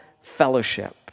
fellowship